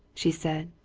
she said.